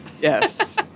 Yes